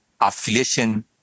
affiliation